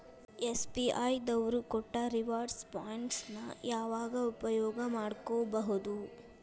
SBI ದವ್ರು ಕೊಟ್ಟ reward points ನ ಯಾವಾಗ ಉಪಯೋಗ ಮಾಡ್ಕೋಬಹುದು?